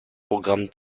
programm